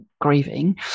grieving